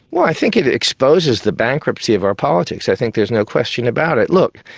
well, i think it it exposes the bankruptcy of our politics, i think there's no question about it. look,